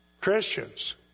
Christians